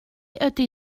ydy